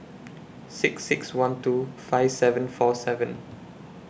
six six one two five seven four seven